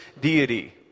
deity